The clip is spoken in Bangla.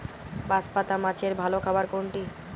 বাঁশপাতা মাছের ভালো খাবার কোনটি?